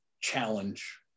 challenge